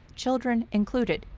children included,